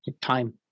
time